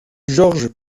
georges